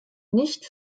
nicht